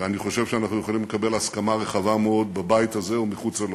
ואני חושב שאנחנו יכולים לקבל הסכמה רחבה מאוד בבית הזה ומחוצה לו.